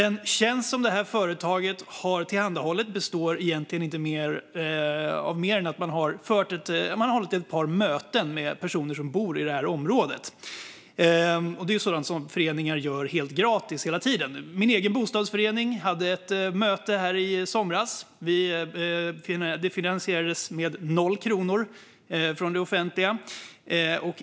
Den tjänst som företaget har tillhandahållit består egentligen inte av mer än att man hållit ett par möten med personer som bor i det här bostadsområdet. Det är sådant som föreningar gör helt gratis hela tiden. Min egen bostadsrättsförening hade ett möte i somras. Det finansierades med noll kronor från det offentliga.